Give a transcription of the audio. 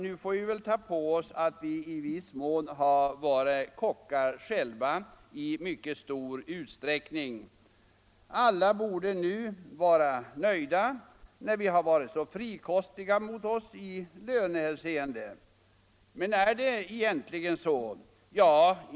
Nu får vi väl ta på oss ansvaret att vi själva är kockar i mycket stor utsträckning. Alla borde väl nu vara nöjda när vi varit så frikostiga i lönehänseende. Men är det egentligen så?